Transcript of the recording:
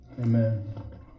Amen